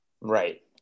right